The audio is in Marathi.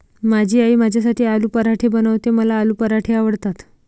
माझी आई माझ्यासाठी आलू पराठे बनवते, मला आलू पराठे आवडतात